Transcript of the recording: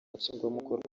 nshingwabikorwa